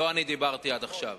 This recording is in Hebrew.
לא אני דיברתי עד עכשיו.